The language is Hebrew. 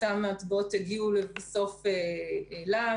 אותם המטבעות הגיעו לבסוף אליו.